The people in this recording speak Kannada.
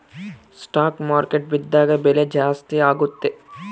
ಸ್ಟಾಕ್ ಮಾರ್ಕೆಟ್ ಬಿದ್ದಾಗ ಬೆಲೆ ಜಾಸ್ತಿ ಆಗುತ್ತೆ